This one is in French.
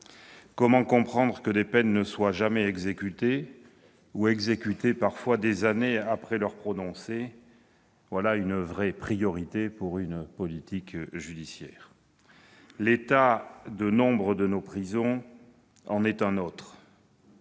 Comment comprendre que des peines ne soient jamais exécutées, ou qu'elles le soient parfois des années après leur prononcé ? Voilà une vraie priorité pour une politique judiciaire. L'état de nombre de nos prisons en est une autre,